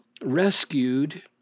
rescued